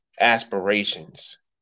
aspirations